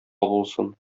булсын